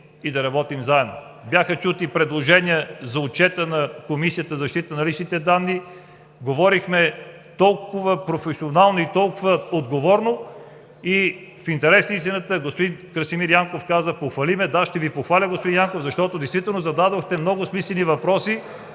и да работим заедно. Бяха чути предложения за отчета на Комисията за защита на личните данни, говорихме толкова професионално и толкова отговорно. В интерес на истината господин Красимир Янков каза: „Похвали ме!“. Да, ще Ви похваля, господин Янков, защото действително зададохте много смислени въпроси.